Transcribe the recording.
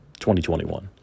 2021